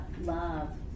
love